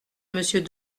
monsieur